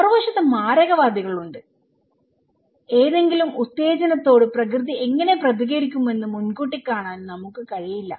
മറുവശത്ത് മാരകവാദികൾ ഉണ്ട് ഏതെങ്കിലും ഉത്തേജനത്തോട് പ്രകൃതി എങ്ങനെ പ്രതികരിക്കുമെന്ന് മുൻകൂട്ടി കാണാൻ നമുക്ക് കഴിയില്ല